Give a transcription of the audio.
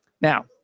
Now